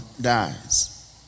dies